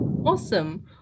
Awesome